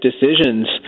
decisions